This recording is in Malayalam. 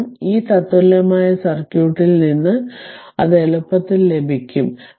കാരണം ഈ തത്തുല്യമായ സർക്യൂട്ടിൽ നിന്ന് അത് എളുപ്പത്തിൽ ലഭിക്കും